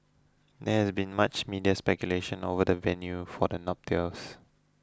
there has been much media speculation over the venue for the nuptials